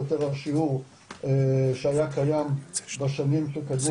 או יותר גם שיעור שהיה קיים בשנים שקדמו